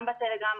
גם בטלגרם,